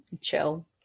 chill